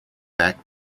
back